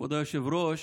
כבוד היושב-ראש,